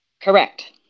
Correct